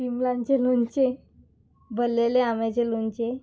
बिमलांचें लोणचें भरलेंल्या आम्याचें लोणचें